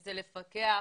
זה לפקח,